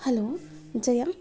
hello Jaya